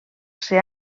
ser